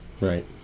Right